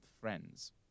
friends